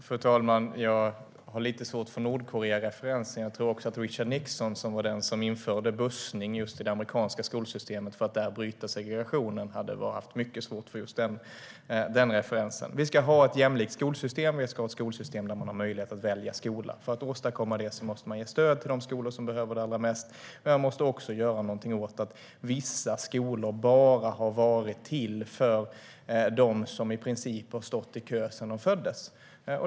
Fru talman! Jag har lite svårt för Nordkoreareferensen. Jag tror också att Richard Nixon, som införde bussning i det amerikanska skolsystemet för att bryta segregationen, hade haft mycket svårt för den referensen. Vi ska ha ett jämlikt skolsystem där man har möjlighet att välja skola. För att åstadkomma det måste man ge stöd till de skolor som behöver det allra mest, men man måste också göra något åt att vissa skolor bara har varit till för dem som i princip har stått i kö sedan de föddes.